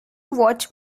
watch